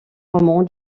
romans